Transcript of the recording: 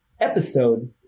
episode